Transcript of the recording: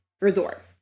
resort